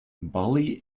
bali